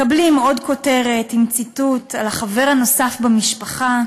מקבלים עוד כותרת עם ציטוט על "החבר הנוסף במשפחה".